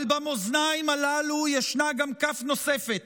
אבל במאזניים הללו ישנה גם כף נוספת,